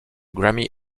grammy